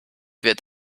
wird